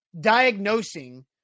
diagnosing